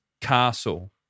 Castle